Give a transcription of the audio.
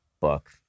book